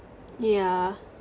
yeah